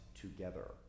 together